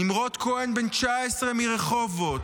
נמרוד כהן, בן 19, מרחובות,